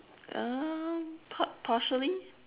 um par~ partially